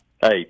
Hey